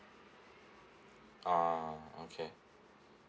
ah okay